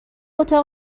اتاق